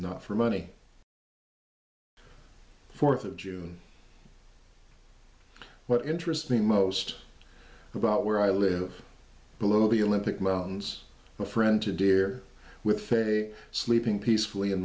not for money fourth of june what interests me most about where i live below the olympic mountains a friend to deer with faye sleeping peacefully in